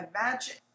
imagine